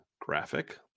graphic